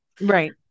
right